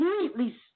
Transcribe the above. completely